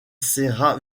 serra